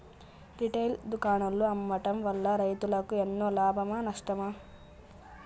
Retail దుకాణాల్లో అమ్మడం వల్ల రైతులకు ఎన్నో లాభమా నష్టమా?